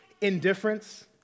indifference